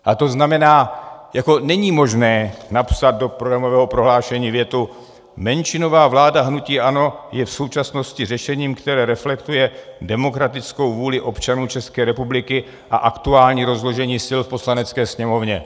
A to znamená, není možné napsat do programového prohlášení větu: menšinová vláda hnutí ANO je v současnosti řešením, které reflektuje demokratickou vůli občanů České republiky a aktuální rozložení sil v Poslanecké sněmovně.